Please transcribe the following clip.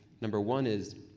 number one is,